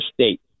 State